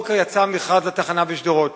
הבוקר יצא מכרז לתחנה בשׁדרות.